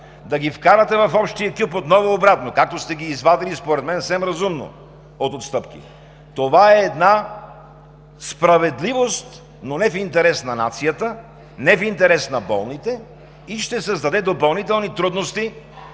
да ги вкарате в общия кюп отново обратно, както сте ги извадили според мен съвсем разумно от отстъпки, това е една справедливост, но не в интерес на нацията, не в интерес на болните и ще създаде допълнителни трудности